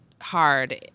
hard